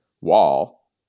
wall